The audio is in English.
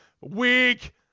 Weak